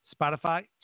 Spotify